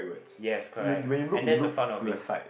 yes correct and that is the fun of it